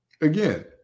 Again